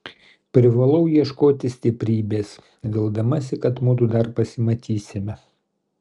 privalau ieškoti stiprybės vildamasi kad mudu dar pasimatysime